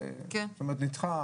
ואנחנו רוצים לשנות את זה.